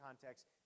context